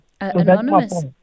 Anonymous